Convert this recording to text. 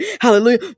hallelujah